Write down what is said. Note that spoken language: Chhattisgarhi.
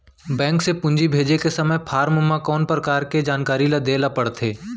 बैंक से पूंजी भेजे के समय फॉर्म म कौन परकार के जानकारी ल दे ला पड़थे?